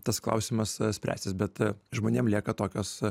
tas klausimas spręsis bet žmonėm lieka tokios